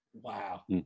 Wow